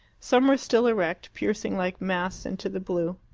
some were still erect, piercing like masts into the blue.